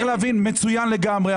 מצוין לגמרי.